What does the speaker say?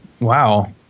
Wow